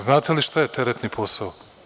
Znate li šta je teretni posao?